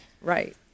right